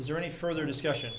is there any further discussion